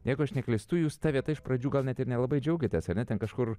jeigu aš neklystu jūs ta vieta iš pradžių gal net ir nelabai džiaugiatės ar ne ten kažkur